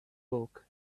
bulk